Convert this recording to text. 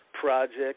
project